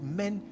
men